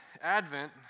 Advent